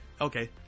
okay